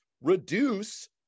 reduce